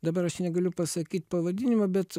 dabar aš negaliu pasakyt pavadinimą bet